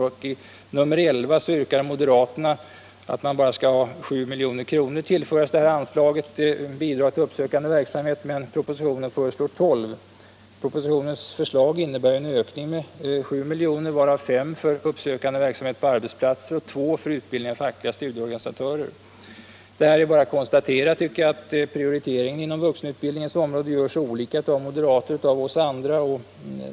I reservationen 11 yrkar moderaterna att endast 7 milj.kr. skall tillföras anslaget Bidrag till uppsökande verksamhet på arbetsplatser, medan propositionen föreslår 12 milj.kr. Propositionens förslag innebär en ökning med 7 milj.kr., varav 5 milj.kr. för uppsökande verksamhet på arbetsplatser och 2 milj.kr. för utbildning av fackliga studieorganisatörer. Det är bara att konstatera att prioriteringen inom vuxenutbildningens område görs olika av moderater och oss andra.